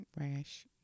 Rash